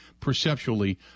perceptually